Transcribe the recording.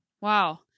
Wow